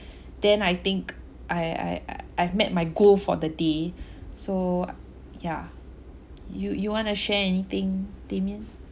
then I think I I I I've met my goal for the day so yeah you you wanna share anything damian